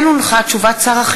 הראשונה,